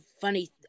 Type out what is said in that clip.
funny